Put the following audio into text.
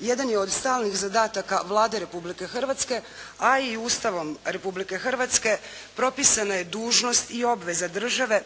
jedan je od stalnih zadataka Vlade Republike Hrvatske a i Ustavom Republike Hrvatske propisana je dužnost i obveza države